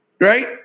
right